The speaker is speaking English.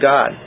God